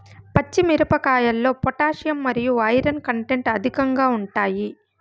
పచ్చి మిరపకాయల్లో పొటాషియం మరియు ఐరన్ కంటెంట్ అధికంగా ఉంటాయి